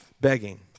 begging